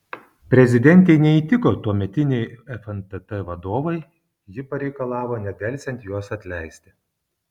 prezidentei neįtiko tuometiniai fntt vadovai ji pareikalavo nedelsiant juos atleisti